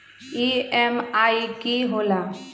EMI की होला?